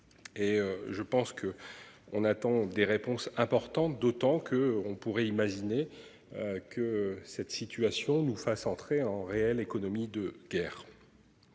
je pense que on attend des réponses importantes d'autant que on pourrait imaginer. Que cette situation nous fasse entrer en réelle économie de guerre.